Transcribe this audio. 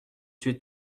tuées